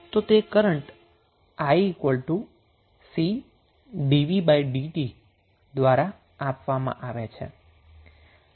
તો તે current i Cdvdt દ્વારા આપવામાં આવે છે